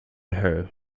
her